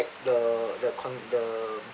the the con~ the